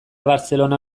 barcellona